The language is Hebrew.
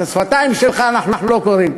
את השפתיים שלך אנחנו לא קוראים.